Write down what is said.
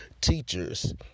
teachers